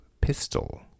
pistol